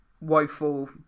woeful